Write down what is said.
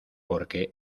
porque